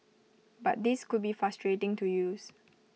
but these could be frustrating to use